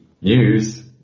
News